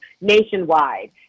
nationwide